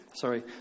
sorry